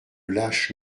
lâche